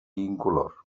incolor